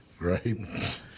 right